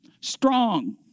strong